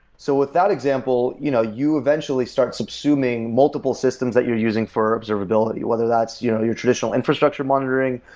so with that example, you know you eventually start subsuming multiple systems that you're using for observability, whether that's you know your traditional infrastructure monitoring,